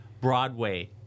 Broadway